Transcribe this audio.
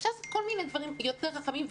אפשר לעשות כל מיני דברים יותר רחבים.